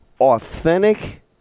authentic